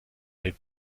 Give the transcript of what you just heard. den